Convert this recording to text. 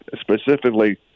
specifically